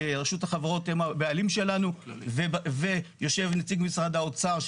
רשות החברות והבעלים שלנו ויושב נציג משרד האוצר,